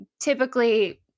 typically